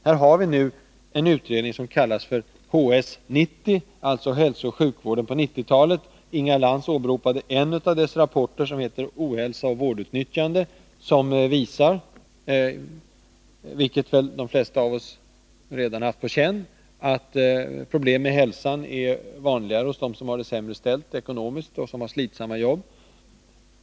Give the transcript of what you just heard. Här har vi nu en utredning som kallas för HS 90, alltså hälsooch sjukvården på 1990-talet. Inga Lantz åberopade en av dess rapporter, som heter Ohälsa och vårdutnyttjande och visar — såsom väl de flesta av oss redan haft på känn — att problem med hälsan är vanligare hos dem som har det sämre ställt ekonomiskt och hos dem som har slitsamma jobb.